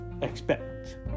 expect